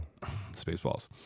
Spaceballs